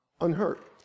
unhurt